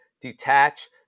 detach